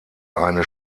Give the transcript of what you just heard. eine